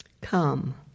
Come